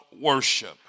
worship